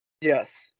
Yes